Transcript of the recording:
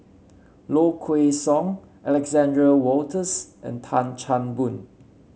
Low Kway Song Alexander Wolters and Tan Chan Boon